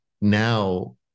now